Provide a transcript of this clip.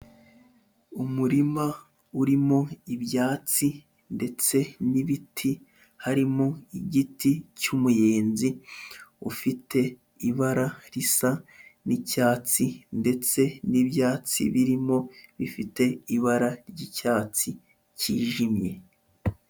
Umurima urimo ibyatsi ndetse n'ibiti, harimo igiti cy'umuyenzi ufite ibara risa n'icyatsi ndetse n'ibyatsi birimo bifite ibara ry'icyatsi cyijimye.